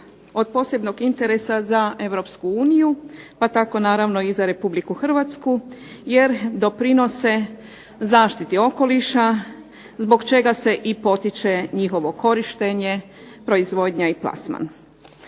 od posebnog interesa za EU pa tako naravno i za RH jer doprinose zaštiti okoliša zbog čega se i potiče njihovo korištenje, proizvodnja i plasman.